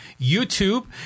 YouTube